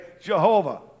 Jehovah